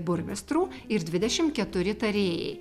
burmistrų ir dvidešimt keturi tarėjai